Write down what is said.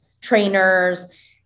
trainers